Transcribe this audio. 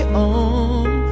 on